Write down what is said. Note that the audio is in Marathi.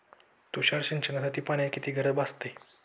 तुषार सिंचनासाठी पाण्याची किती गरज भासते?